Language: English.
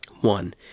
One